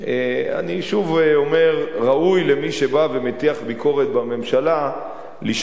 אני שוב אומר: ראוי למי שבא ומטיח ביקורת בממשלה לשאול את